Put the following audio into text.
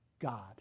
God